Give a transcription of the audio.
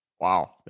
Wow